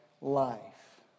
life